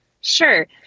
Sure